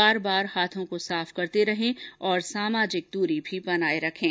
बार बार हाथों को साफ करते रहें आरैर सामाजिक दूरी भी बनाये रखें